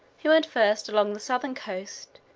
he went first along the southern coast,